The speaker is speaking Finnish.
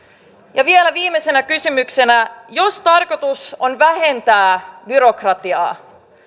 ja vielä viimeisenä kysymyksenä jos tarkoitus on vähentää byrokratiaa